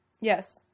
Yes